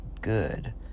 good